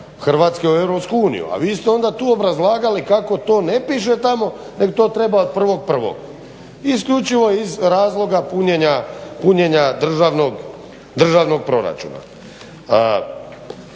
Hrvatske u EU, a vi ste onda tu obrazlagali kako to ne piše tamo nego to treba od 01.01. isključivo iz razloga punjenja državnog proračuna.